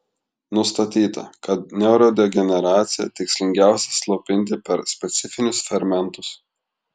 nustatyta kad neurodegeneraciją tikslingiausia slopinti per specifinius fermentus